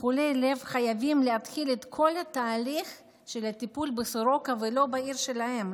חולי לב חייבים להתחיל את כל התהליך של הטיפול בסורוקה ולא בעיר שלהם,